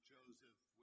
Joseph